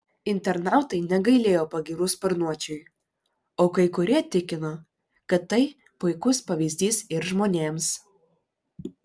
internautai negailėjo pagyrų sparnuočiui o kai kurie tikino kad tai puikus pavyzdys ir žmonėms